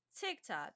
TikTok